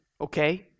okay